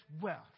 wealth